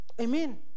Amen